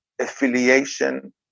affiliation